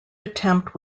attempt